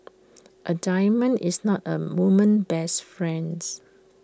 A diamond is not A woman's best friends